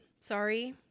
Sorry